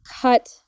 cut